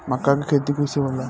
मका के खेती कइसे होला?